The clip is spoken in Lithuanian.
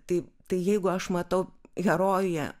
tai tai jeigu aš matau herojuje